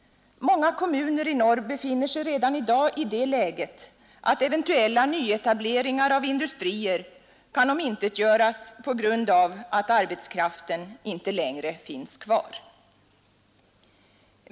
Många kommuner i norr befinner sig redan i dag i det läget, att eventuella nyetableringar av industrier kan omintetgöras på grund av att arbetskraften inte längre finns kvar.